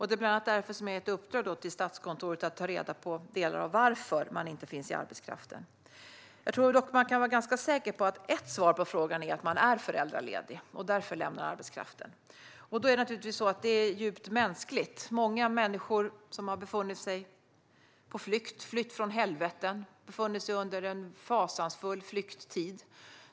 Det är bland annat därför som jag har gett uppdrag till Statskontoret att ta reda på delar av varför de inte finns i arbetskraften. Jag tror dock att man kan vara ganska säker på att ett svar på frågan är att de är föräldralediga och därför lämnar arbetskraften. Det är djupt mänskligt. Många människor har befunnit sig på flykt, flytt från helveten och befunnit sig under en fasansfull flykttid.